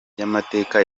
by’amateka